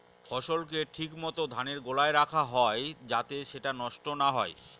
ফসলকে ঠিক মত ধানের গোলায় রাখা হয় যাতে সেটা নষ্ট না হয়